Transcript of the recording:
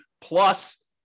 plus